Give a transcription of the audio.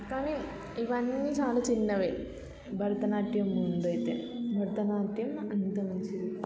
కానీ ఇవన్నీ చాలా చిన్నవి భరతనాట్యం ముందైతే భరతనాట్యం అంత మంచిది